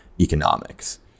economics